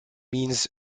means